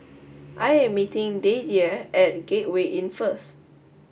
I am meeting Daisye at Gateway Inn first